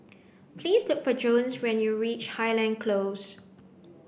please look for Jones when you reach Highland Close